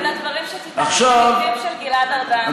אולי תתייחס לדברים שציטטת מפיו של גלעד ארדן,